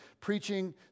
preaching